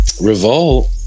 Revolt